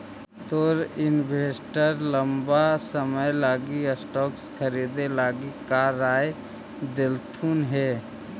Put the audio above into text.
तोर इन्वेस्टर लंबा समय लागी स्टॉक्स खरीदे लागी का राय देलथुन हे?